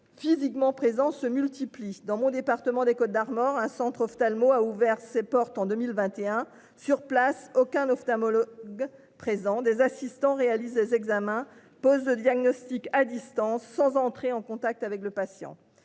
physiquement présents se multiplient dans mon département des Côtes d'Armor, un centre ophtalmo a ouvert ses portes en 2021. Sur place aucun ophtalmologue présent des assistants réalise des examens Post de diagnostic à distance sans entrer en contact avec le patient.